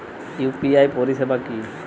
UPI পরিসেবা কি?